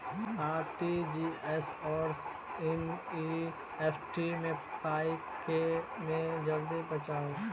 RTGS आओर NEFT मे पाई केँ मे जल्दी पहुँचत?